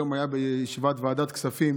היום היה בישיבת ועדת הכספים